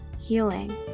healing